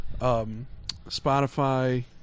Spotify